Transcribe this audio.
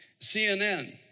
CNN